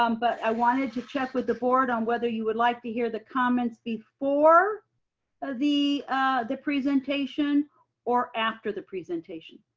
um but i wanted to check with the board on whether you would like to hear the comments before ah the the presentation or after the presentation.